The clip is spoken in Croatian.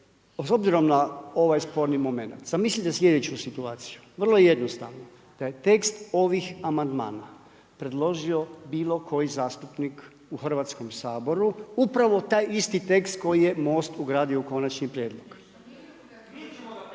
S obzirom na ovaj sporni momenat, zamislite sljedeću situaciju vrlo je jednostavna, da je tekst ovih amandmana predložio bilo koji zastupnik u Hrvatskom saboru upravo taj isti tekst koji je MOST ugradio u konačni prijedlog.